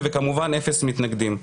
וכמובן אפס מתנגדים.